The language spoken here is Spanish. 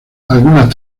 algunas